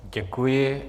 Děkuji.